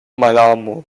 malamo